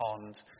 pond